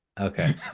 Okay